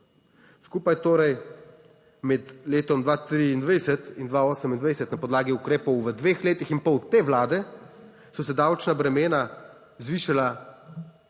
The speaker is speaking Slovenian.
Skupaj torej med letom 2023 in 2028 na podlagi ukrepov v dveh letih in pol te vlade so se davčna bremena zvišala,